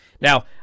Now